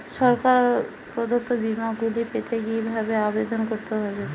সরকার প্রদত্ত বিমা গুলি পেতে কিভাবে আবেদন করতে হবে?